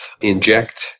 inject